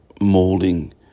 molding